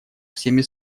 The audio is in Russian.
всеми